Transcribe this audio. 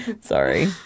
sorry